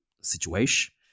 situation